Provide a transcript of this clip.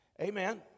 Amen